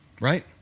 Right